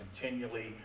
continually